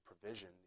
provision